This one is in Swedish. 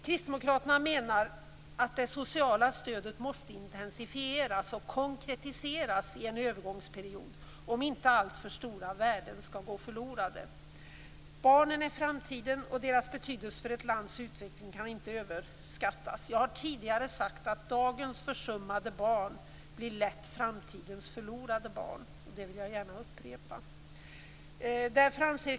Kristdemokraterna menar att det sociala stödet måste intensifieras och konkretiseras under en övergångsperiod om inte alltför stora värden skall gå förlorade. Barnen är framtiden och deras betydelse för ett lands utveckling kan inte överskattas. Jag har tidigare sagt att dagens försummade barn blir lätt framtidens förlorade barn. Det vill jag gärna upprepa.